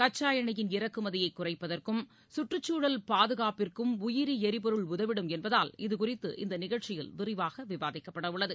கச்சாஎண்ணெயின் இறக்குமதியைகுறைப்பதற்கும் சுற்றுச்சூழல் பாதுகாப்பிற்கும் உயிரிஎரிபொருள் உதவிடும் என்பதால் இதுகுறித்து இந்தநிகழ்ச்சியில் விரிவாகவிவாதிக்கப்படஉள்ளது